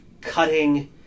cutting